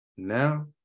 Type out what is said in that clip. Now